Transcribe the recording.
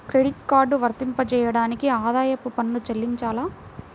Credit card వర్తింపజేయడానికి ఆదాయపు పన్ను చెల్లించాలా?